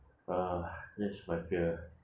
!wah! that's my fear